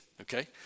okay